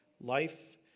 life